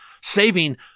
saving